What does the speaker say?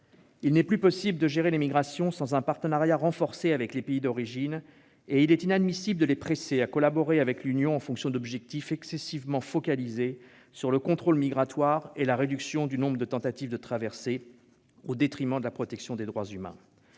Il n'est plus possible de gérer les migrations sans un partenariat renforcé avec les pays d'origine, et il est inadmissible de les presser à collaborer avec l'Union en fonction d'objectifs excessivement focalisés sur le contrôle migratoire et la réduction du nombre de tentatives de traversées, au détriment de la protection des droits humains.